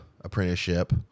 apprenticeship